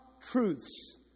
truths